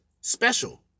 special